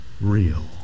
real